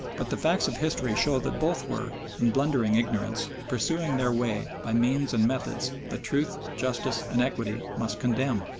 but the facts of history show that both were, in blundering ignorance, pursuing their way by means and methods that truth, justice, and equity must condemn.